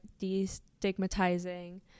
destigmatizing